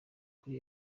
kuri